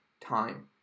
time